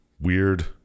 weird